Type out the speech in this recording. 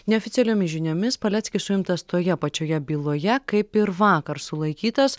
neoficialiomis žiniomis paleckis suimtas toje pačioje byloje kaip ir vakar sulaikytas